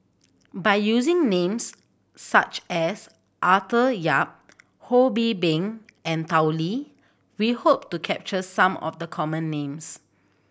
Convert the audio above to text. by using names such as Arthur Yap Ho Bee Beng and Tao Li we hope to capture some of the common names